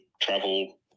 travel